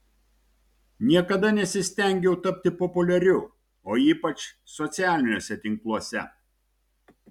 niekada nesistengiau tapti populiariu o ypač socialiniuose tinkluose